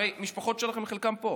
הרי המשפחות שלכם, חלקן פה.